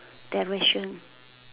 direction